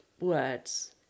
words